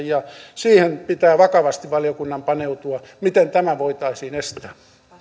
siihen pitää vakavasti valiokunnan paneutua miten tämä voitaisiin estää